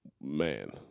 man